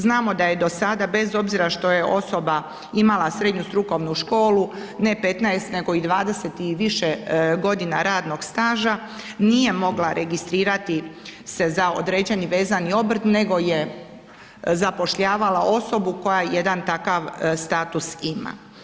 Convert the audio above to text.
Znamo da je do sada bez obzira što je osoba imala srednju strukovnu školu, ne 15 nego i 20 i više godina radnog staža nije mogla registrirati se za određeni vezani obrt nego je zapošljavala osobu koja jedan takav status ima.